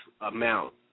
amount